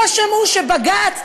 לא שמעו שבג"ץ,